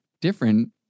different